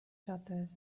shutters